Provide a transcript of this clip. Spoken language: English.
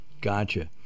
Gotcha